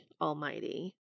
Almighty